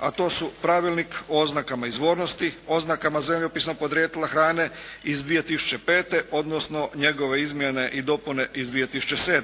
a to su: Pravilnik o oznakama izvornosti, oznakama zemljopisnog podrijetla hrane iz 2005. odnosno njegove izmjene i dopune iz 2007.